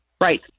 right